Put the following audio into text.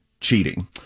cheating